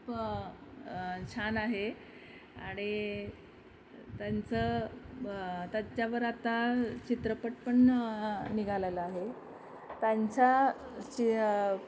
खूपछान आहे आणि त्यांचं त्याच्यावर आता चित्रपट पण निघालेला आहे त्यांचा चि